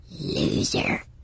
Loser